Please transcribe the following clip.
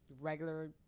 regular